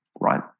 right